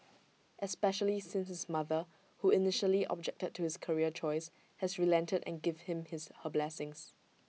especially since his mother who initially objected to his career choice has relented and given him his her blessings